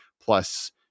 plus